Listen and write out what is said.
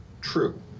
true